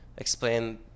explain